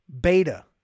Beta